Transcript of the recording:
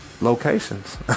locations